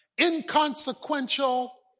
inconsequential